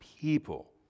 people